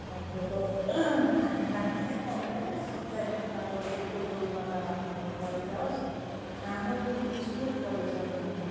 मान्छेको खाने पानी नै त हुँदैन सिँचाइमा त अब त्यो तुलफुलमा त लगाउने त पर जावोस् खानु पनि मुस्किल परिसक्यो अब